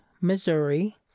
Missouri